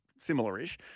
similar-ish –